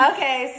Okay